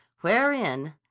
wherein